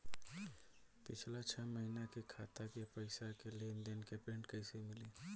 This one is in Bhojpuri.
पिछला छह महीना के खाता के पइसा के लेन देन के प्रींट कइसे मिली?